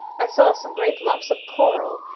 i saw some great lumps of coral,